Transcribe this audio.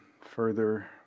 further